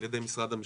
ע"י משרד המשפטים,